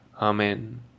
Amen